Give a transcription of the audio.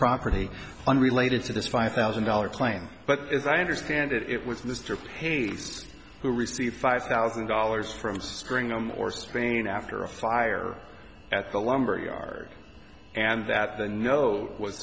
property unrelated to this five thousand dollar claim but as i understand it it was mr pays who received five thousand dollars from string them or spraying after a fire at the lumber yard and that the note was